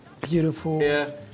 beautiful